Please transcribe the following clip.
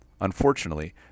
Unfortunately